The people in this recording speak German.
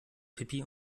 pipi